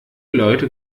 leute